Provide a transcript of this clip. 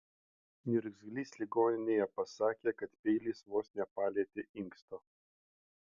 niurzglys ligoninėje pasakė kad peilis vos nepalietė inksto